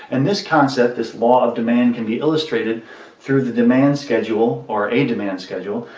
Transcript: and this concept, this law of demand, can be illustrated through the demand schedule, or a demand schedule,